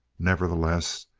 nevertheless,